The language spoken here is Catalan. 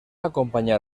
acompanyar